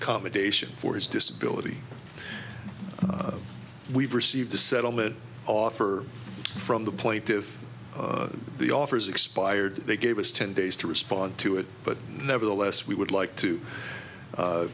to commendation for his disability we've received a settlement offer from the point if the offers expired they gave us ten days to respond to it but nevertheless we would like to